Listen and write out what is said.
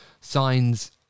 signs